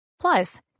plus